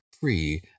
free